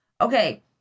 Okay